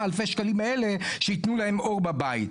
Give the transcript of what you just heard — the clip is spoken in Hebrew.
אלפי השקלים האלה שיתנו להם אור בבית.